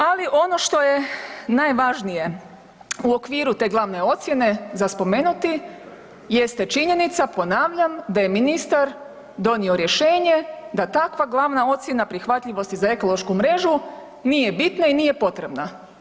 Ali ono što je najvažnije u okviru te glavne ocjene za spomenuti jeste činjenica, ponavljam, da je ministar donio rješenje da takva glavna ocjena prihvatljivosti za ekološku mrežu nije bitna i nije potrebna.